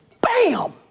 bam